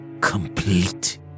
complete